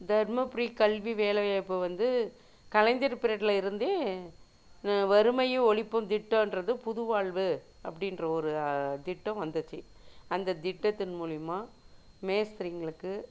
தர்மபுரி கல்வி வேலைவாய்ப்பு வந்து கலைஞர் பீரியட்டில் இருந்தே வறுமையை ஒழிப்புன் திட்டன்றது புதுவாழ்வு அப்படின்ற ஒரு திட்டம் வந்துச்சு அந்த திட்டத்தின் மூலிமா மேஸ்திரிங்களுக்கு